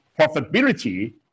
profitability